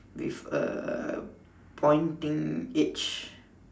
with a pointing edge